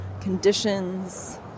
conditions